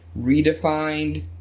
redefined